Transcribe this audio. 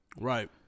Right